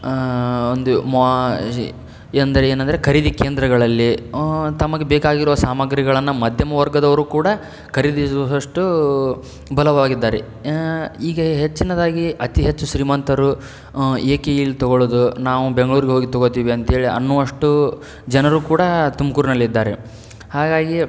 ಒಂದು ಮೋ ಎಂದರೆ ಏನೆಂದರೆ ಖರೀದಿ ಕೇಂದ್ರಗಳಲ್ಲಿ ತಮಗೆ ಬೇಕಾಗಿರುವ ಸಾಮಗ್ರಿಗಳನ್ನು ಮಧ್ಯಮ ವರ್ಗದವರೂ ಕೂಡ ಖರೀದಿಸುವಷ್ಟೂ ಬಲವಾಗಿದ್ದಾರೆ ಈಗ ಹೆಚ್ಚಿನದಾಗಿ ಅತೀ ಹೆಚ್ಚು ಶ್ರೀಮಂತರು ಏಕೆ ಇಲ್ಲಿ ತೊಗೊಳೋದು ನಾವು ಬೆಂಗ್ಳೂರಿಗೆ ಹೋಗಿ ತೊಗೊತೀವಿ ಅಂತೇಳಿ ಅನ್ನುವಷ್ಟು ಜನರು ಕೂಡ ತುಮಕೂರ್ನಲ್ಲಿದ್ದಾರೆ ಹಾಗಾಗಿಯೇ